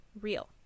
real